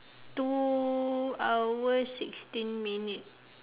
two hour sixteen minute